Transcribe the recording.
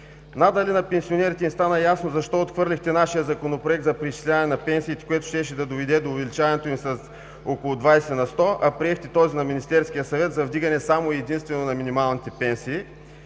Надали на пенсионерите им стана ясно защо отхвърлихте нашия Законопроект за преизчисляване на пенсиите, което щеше да доведе до увеличаването им с около 20 на сто, а приехте този на Министерския съвет за вдигане само и единствено на минималните пенсии,